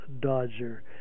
dodger